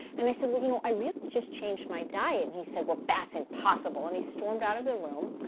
and i said, like you know i really just changed my diet, and he said, well, that's impossible, and he stormed out of the room.